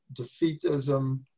defeatism